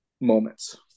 moments